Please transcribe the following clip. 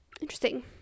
Interesting